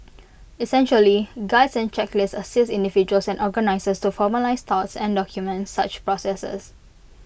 essentially Guides and checklist assist individuals and organisers to formalise thoughts and document such processes